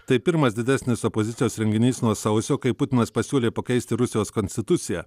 tai pirmas didesnis opozicijos renginys nuo sausio kai putinas pasiūlė pakeisti rusijos konstituciją